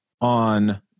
on